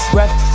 Breath